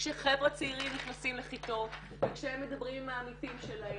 כשחבר'ה צעירים נכנסים לכיתות וכשהם מדברים עם העמיתים שלהם,